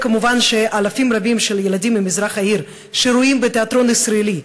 מובן שאלפים רבים של ילדים ממזרח העיר שרואים תיאטרון ישראלי,